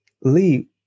Lee